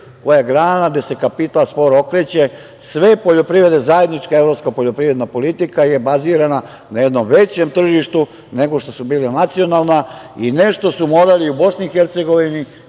koja je grana gde se kapital sporo okreće, sve poljoprivrede, zajednička evropska poljoprivredna politika je bazirana na jednom većem tržištu nego što su bili nacionalna i nešto su morali u